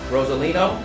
Rosalino